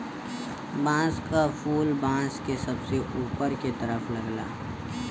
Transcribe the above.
बांस क फुल बांस के सबसे ऊपर के तरफ लगला